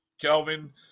Kelvin